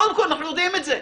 קודם כול אנחנו יודעים את זה,